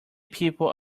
people